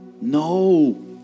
No